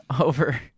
over